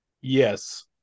Yes